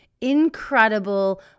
incredible